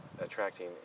attracting